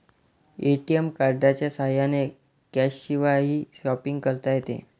ATM कार्डच्या साह्याने कॅशशिवायही शॉपिंग करता येते